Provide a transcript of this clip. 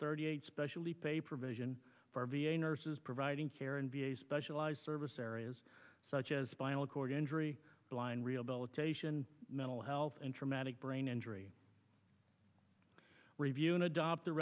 thirty eight specially pay provision for v a nurses providing care and v a specialized service areas such as spinal cord injury blind rehabilitation mental health and traumatic brain injury review and adopt the